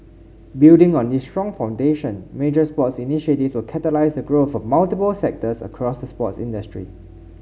building on this strong foundation major sports initiatives will catalyse the growth of multiple sectors across the sports industry